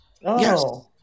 Yes